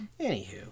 Anywho